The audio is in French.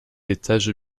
étage